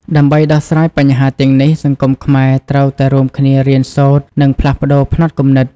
ដើម្បីដោះស្រាយបញ្ហាទាំងនេះ សង្គមខ្មែរត្រូវតែរួមគ្នារៀនសូត្រ និងផ្លាស់ប្ដូរផ្នត់គំនិត។